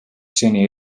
seni